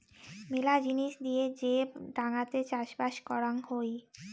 মেলা জিনিস দিয়ে যে ডাঙাতে চাষবাস করাং হই